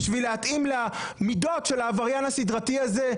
בשביל להתאים למידות של העבריין הסדרתי הזה,